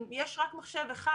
אם יש רק מחשב אחד,